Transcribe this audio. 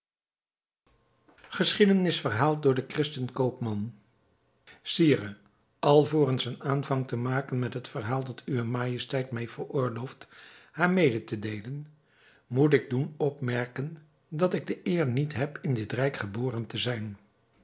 geschiedenis verhaald door den christen koopman sire alvorens een aanvang te maken met het verhaal dat uwe majesteit mij veroorlooft haar mede te deelen moet ik doen opmerken dat ik de eer niet heb in dit rijk geboren te zijn